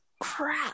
crap